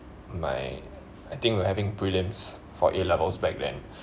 my I think we're having prelims for A levels back then